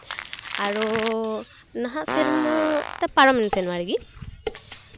ᱟᱨᱚ ᱱᱟᱦᱟᱜ ᱥᱮᱨᱢᱟ ᱥᱮ ᱯᱟᱨᱚᱢᱮᱱ ᱡᱟᱱᱩᱣᱟᱨᱤ